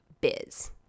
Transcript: biz